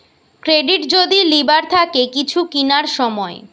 credit যদি লিবার থাকে কিছু কিনার সময়